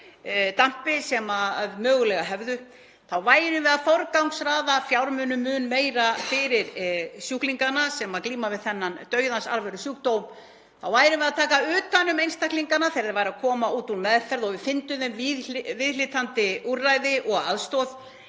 dampi sem mögulegur væri. Þá værum við að forgangsraða fjármunum mun meira fyrir sjúklingana sem glíma við þennan dauðans alvöru sjúkdóm. Þá værum við að taka utan um einstaklingana þegar þau væru að koma út úr meðferð og við fyndum þeim viðhlítandi úrræði og aðstoð.